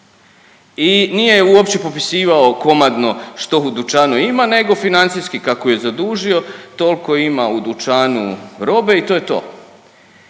i nije uopće popisivao komadno što u dućanu ima, nego financijski kako je zadužio toliko ima u dućanu robe i to je to.